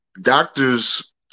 Doctors